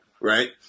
right